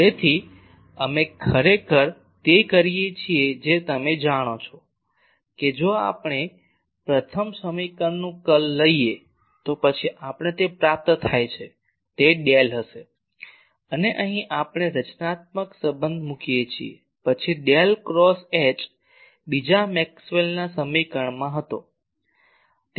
તેથી અમે ખરેખર તે કરીએ છીએ જે તમે જાણો છો કે જો આપણે પ્રથમ સમીકરણનું કર્લ લઈએ તો પછી આપણે તે પ્રાપ્ત થાય છે તે ડેલ હશે અને અહીં આપણે રચનાત્મક સંબંધ મૂકી શકીએ પછી ડેલ ક્રોસ H બીજા મેક્સવેલના સમીકરણમાં હતો